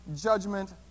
judgment